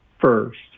first